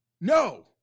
no